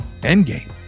endgame